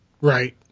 Right